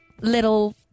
little